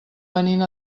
venint